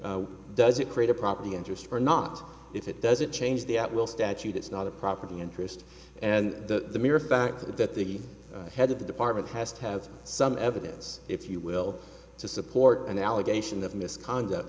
does it create a property interest or not if it doesn't change the at will statute it's not a property interest and the mere fact that the head of the department has to have some evidence if you will to support an allegation